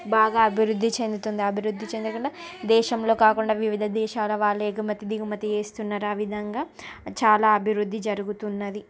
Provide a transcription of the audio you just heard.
బాగా అభివృద్ధి చెందుతుంది అభివృద్ధి చెందకుండా దేశంలో కాకుండా వివిధ దేశాల వాళ్ళు ఎగుమతి దిగుమతి వేస్తున్నారు ఆ విధంగా చాలా అభివృద్ధి జరుగుతున్నది